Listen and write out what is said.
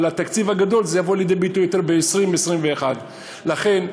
התקציב הגדול יבוא לידי ביטוי יותר ב-20' 21'. לכן,